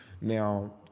Now